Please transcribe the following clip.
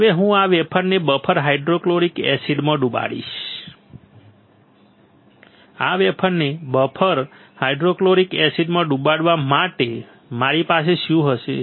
હવે હું આ વેફરને બફર હાઇડ્રોફ્લોરિક એસિડમાં ડુબાડીશ આ વેફરને બફર હાઇડ્રોફ્લોરિક એસિડમાં ડુબાડવા માટે મારી પાસે શું હશે